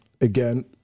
again